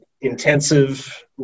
intensive